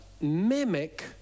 mimic